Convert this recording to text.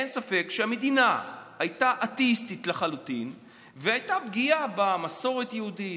אין ספק שהמדינה הייתה אתאיסטית לחלוטין והייתה פגיעה במסורת היהודית.